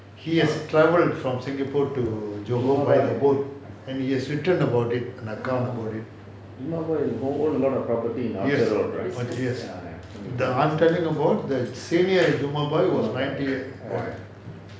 he has travel from singapore to johor by the boat and he has written about it an account about it yes yes the [one] taking a boat the senior jumabhoy was ninety one